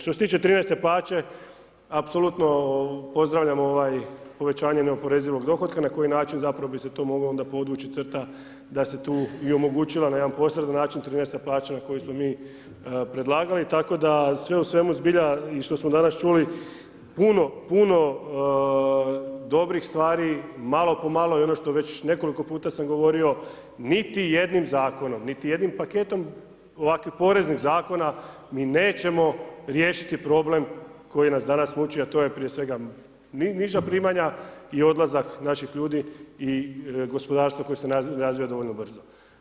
Što se tiče 13 plaće, apsolutno pozdravljam, ovaj, povećanje neoporezivog dohotka na koji način zapravo bi se to moglo onda podvući crta da se tu i omogućila na jedan posredan način 13-ta plaća na koju smo mi predlagali, tako da, sve u svemu, zbilja i što smo danas čuli, puno, puno dobrih stvari, malo po malo, i ono što već nekoliko puta sam govorio, niti jednim Zakonom, niti jednim paketom ovakvih poreznih Zakona, mi nećemo riješiti problem koji nas danas muči, a to je prije svega niža primanja i odlazak naših ljudi i gospodarstvo koje se ne razvija dovoljno brzo.